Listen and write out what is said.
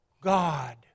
God